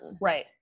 right